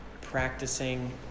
practicing